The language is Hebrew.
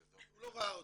הוא לא ראה אותו.